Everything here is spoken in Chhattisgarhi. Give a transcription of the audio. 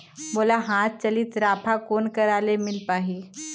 मोला हाथ चलित राफा कोन करा ले मिल पाही?